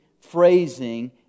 phrasing